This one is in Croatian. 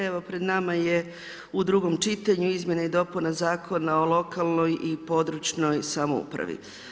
Evo pred nama je u drugom čitanju izmjena i dopuna Zakona o lokalnoj i područnoj samoupravi.